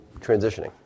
transitioning